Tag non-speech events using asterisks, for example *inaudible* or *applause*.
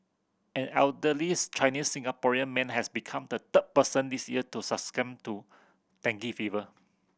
an elderly *unintelligible* Chinese Singaporean man has become the third person this year to succumb to dengue fever